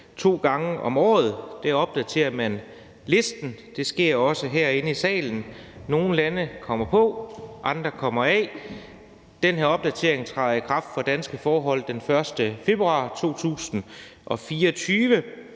To gange om året opdaterer man listen. Det sker også herinde i salen. Nogle lande kommer på, og andre tages af. Den her opdatering træder i kraft for danske forhold den 1. februar 2024.